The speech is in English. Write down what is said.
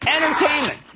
entertainment